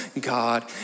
God